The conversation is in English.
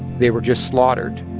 they were just slaughtered